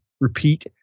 repeat